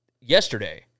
yesterday